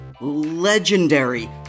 legendary